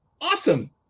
awesome